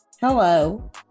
Hello